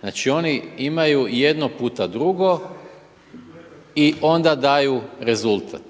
Znači oni imaju jedno puta drugo i onda daju rezultat.